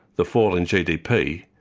the fall in gdp,